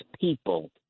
people